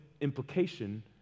implication